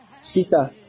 sister